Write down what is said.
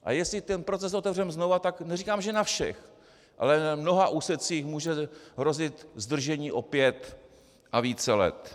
A jestli ten proces otevřeme znovu, tak neříkám, že na všech, ale na mnoha úsecích může hrozit zdržení o pět a více let.